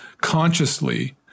consciously